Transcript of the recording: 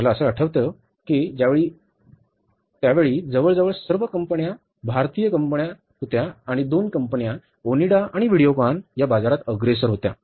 मला असे आठवते की त्यावेळी जवळजवळ सर्व कंपन्या भारतीय कंपन्या आणि दोन कंपन्या ओनिडा आणि व्हिडिओकॉन या बाजारात अग्रेसर होत्या